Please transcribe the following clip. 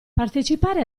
partecipare